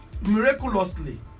miraculously